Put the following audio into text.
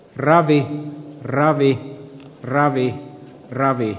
ravi ravi ravi ravi